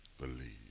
Believe